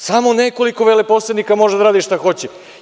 Samo nekoliko veleposednika može da radi šta hoće.